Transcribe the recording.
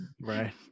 Right